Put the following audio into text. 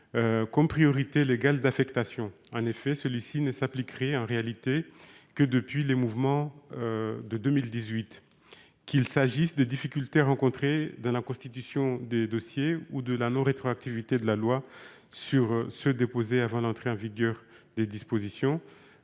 comme priorité légale d'affectation. En effet, celui-ci ne s'appliquerait en réalité que depuis les mouvements de 2018. Qu'il s'agisse des difficultés rencontrées dans la constitution des dossiers ou de la non-rétroactivité de la loi par rapport aux dossiers déposés avant l'entrée en vigueur des dispositions,